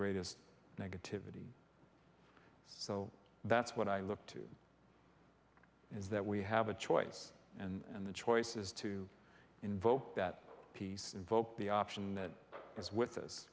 greatest negativity so that's what i look to is that we have a choice and the choice is to invoke that peace invoke the option that is with us